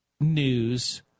news